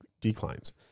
declines